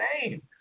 name